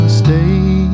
stay